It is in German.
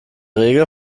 regel